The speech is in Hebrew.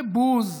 בבוז,